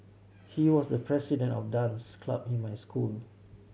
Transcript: he was the president of dance club in my school